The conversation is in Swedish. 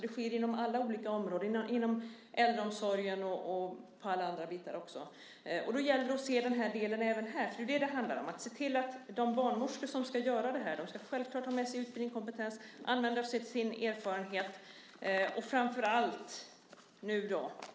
Det sker inom alla områden, även inom äldreomsorgen. Det gäller att se detta och se till att de barnmorskor som ska göra detta självklart får utbildning och kompetens och kan använda sig av sin erfarenhet.